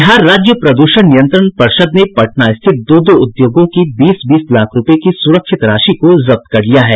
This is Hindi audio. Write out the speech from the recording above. बिहार राज्य प्रदूषण नियंत्रण पर्षद ने पटना स्थित दो उद्योगों की बीस बीस लाख रूपये की सुरक्षित राशि को जब्त कर लिया है